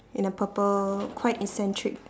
in a purple quite eccentric